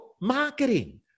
marketing